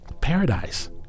paradise